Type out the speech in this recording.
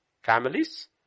families